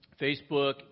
Facebook